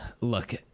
Look